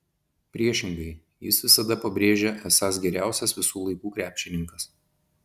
priešingai jis visada pabrėžia esąs geriausias visų laikų krepšininkas